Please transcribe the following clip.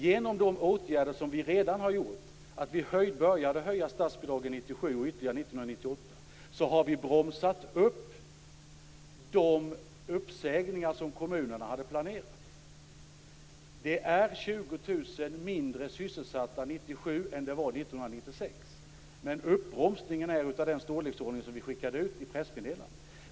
Genom de åtgärder som vi redan har vidtagit, nämligen att vi började höja statsbidragen 1997 och höjde dem ytterligare 1998, har vi bromsat upp de uppsägningar som kommunerna hade planerat. Det är 20 000 färre sysselsatta 1997 än 1996. Men uppbromsningen är av den storleksordning som står i pressmeddelandet.